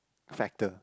factor